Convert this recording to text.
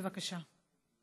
בבקשה.